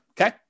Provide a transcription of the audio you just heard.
Okay